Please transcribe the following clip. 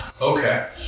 Okay